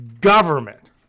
government